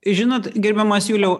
žinot gerbiamas juliau